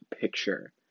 picture